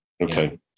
Okay